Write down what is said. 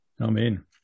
Amen